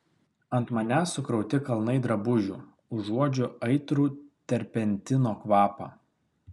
ant manęs sukrauti kalnai drabužių užuodžiu aitrų terpentino kvapą